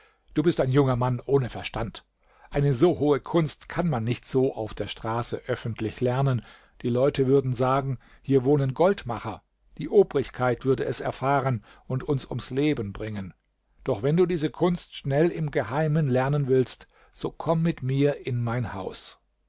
du bist ein junger mann ohne verstand eine so hohe kunst kann man nicht so auf der straße öffentlich lernen die leute würden sagen hier wohnen goldmacher die obrigkeit würde es erfahren und uns ums leben bringen doch wenn du diese kunst schnell im geheimen lernen willst so komm mit mir in mein haus